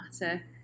Matter